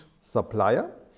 supplier